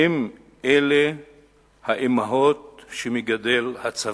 האם אלה האמהות שמגדל הצבא?